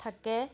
থাকে